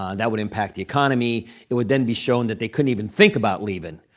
um that would impact the economy. it would then be shown that they couldn't even think about leaving.